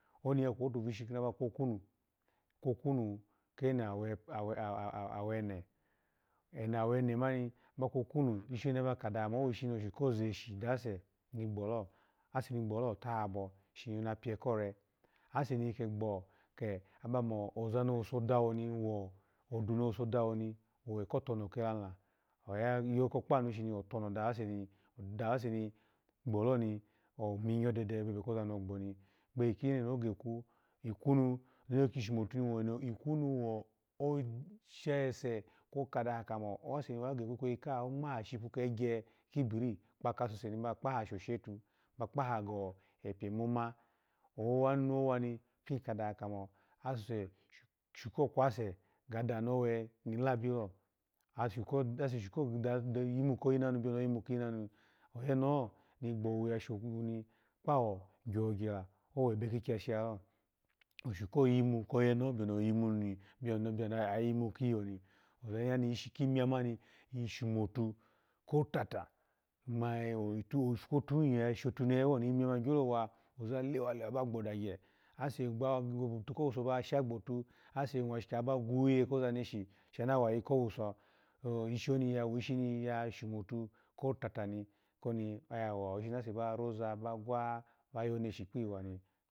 Oni ya kwotu veshi ni aba kwokwunu kwokwunu keno a- a- awene, eno awene mani aba kadaha kamo oshun ko zeshi ase ni gboloni tahabo shini napye ko re aseni ke gboni abamo azani owuso dawoni odu ni wosu dawoni wowu kotono kela hila oya yoko kpanu shini atono kpanu dawase dawase gboloni omigyo dede vebe koza ni ogboni gbehi keno ni okekwu ikwunu ni ki shu motu ikwunu shese kwo okadaha kamo ase ni wa kekwu ikweyi kuni okaha kamo oseni wangwaha shoshetu kibiri kpasuse ni ba klaaha shoshetu kibiri kpasuse ni ba kyaaha shoshetuni, ba paha gepye moma owowanu ni owa pini kaduha kamo asuse sho ko kwasu ga danu owemoma lo kweni labilo, asuse sho koyimu koyinanu la, osho ko yimu koyimawa byo ya yimu kiyoni oyeneho webe kigyashi lalo oyeneho nighowo kpa wa ni ya showoni gyogyela ozani ya ni eshi kimiya mani ki shomuto kotata ipu kotohi nya shotanehe owoni imiya mani gyowa ozalewa bagbagye, ase kwashi ka aba gwiwiye ba wayi kowuso aselewa lewa ba goboto kowuso ba shagbo to shini ana wayi kowuso ishi oni ya shomuto kotata koni oya ishi ase ba roza kpiyiwani.